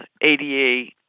ADA